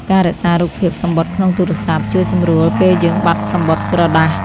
ការរក្សារូបភាពសំបុត្រក្នុងទូរស័ព្ទ ជួយសម្រួលពេលយើងបាត់សំបុត្រក្រដាស។